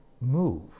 move